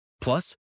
Plus